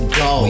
go